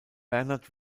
bernhard